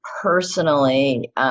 personally